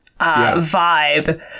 vibe